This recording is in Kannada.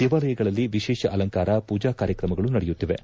ದೇವಾಲಯಗಳಲ್ಲಿ ವಿಶೇಷ ಅಲಂಕಾರ ಮೂಜಾ ಕಾರ್ಯತ್ರಮಗಳು ನಡೆಯುತ್ತಿವೆ